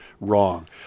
wrong